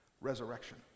resurrection